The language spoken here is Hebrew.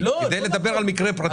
כלומר מנגנון,